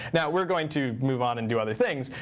now, we're going to move on and do other things.